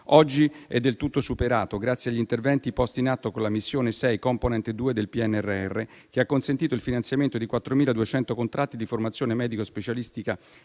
oggi è del tutto superato grazie agli interventi posti in atto con la Missione 6 componente 2 del PNRR, che ha consentito il finanziamento di 4.200 contratti di formazione medico-specialistica